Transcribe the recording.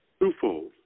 twofold